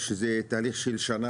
כי זה לוקח זמן,